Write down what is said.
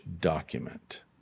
document